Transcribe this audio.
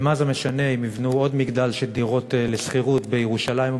ומה זה משנה אם יבנו עוד מגדל של דירות לשכירות בירושלים או